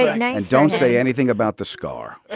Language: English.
yeah now and don't say anything about the scar